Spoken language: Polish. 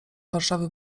warszawy